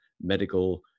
medical